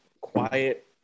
quiet